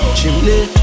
Chimney